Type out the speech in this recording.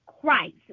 Christ